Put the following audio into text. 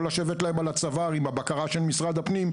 לשבת להם על הצוואר עם הבקרה של משרד הפנים,